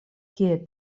kie